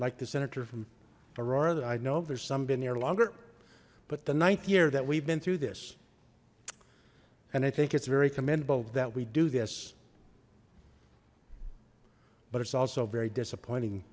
like the senator from aurora that i know there's some been there longer but the ninth year that we've been through this and i think it's very commendable that we do this but it's also very disappointing